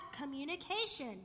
communication